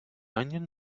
onion